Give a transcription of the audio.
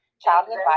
Childhood